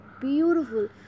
beautiful